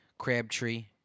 Crabtree